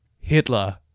Hitler